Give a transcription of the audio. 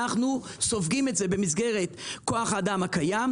אנחנו סופגים את זה במסגרת כוח האדם הקיים,